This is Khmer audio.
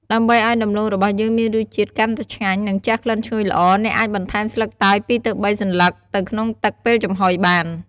ដើម្បីឱ្យដំឡូងរបស់យើងមានរសជាតិកាន់តែឆ្ងាញ់ និងជះក្លិនឈ្ងុយល្អ អ្នកអាចបន្ថែមស្លឹកតើយ ២ ទៅ ៣ សន្លឹកទៅក្នុងទឹក ពេលចំហុយបាន។